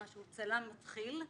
צלם מתחיל,